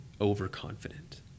overconfident